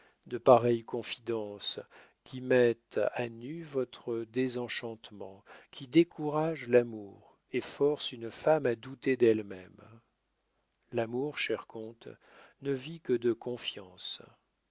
de pareilles confidences qui mettent à nu votre désenchantement qui découragent l'amour et forcent une femme à douter d'elle-même l'amour cher comte ne vit que de confiance